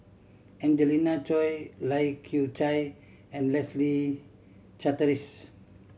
Angelina Choy Lai Kew Chai and Leslie Charteris